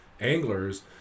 anglers